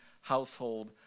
household